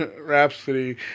Rhapsody